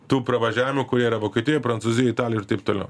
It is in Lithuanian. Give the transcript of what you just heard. tų pravažiavimų kurie yra vokietijoj prancūzijoj italijoj ir taip toliau